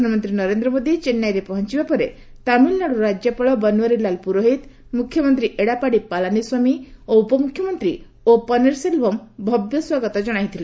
ପ୍ରଧାନମନ୍ତ୍ରୀ ନରେନ୍ଦ୍ର ମୋଦି ଚେନ୍ନାଇରେ ପହଞ୍ଚିବା ପରେ ତାମିଲ୍ନାଡୁ ରାଜ୍ୟପାଳ ବନ୍ୱାରୀ ଲାଲ୍ ପୁରୋହିତ ମୁଖ୍ୟମନ୍ତ୍ରୀ ଏଡ଼ାପାଡ଼ି ପାଲାନୀସ୍ୱାମୀ ଓ ଉପମ୍ରଖ୍ୟମନ୍ତ୍ରୀ ଓ ପନିର୍ସେଲ୍ଭମ୍ ଭବ୍ୟ ସ୍ୱାଗତ ଜଣାଇଥିଲେ